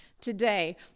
today